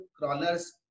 crawlers